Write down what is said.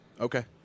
Okay